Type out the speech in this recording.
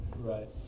right